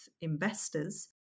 investors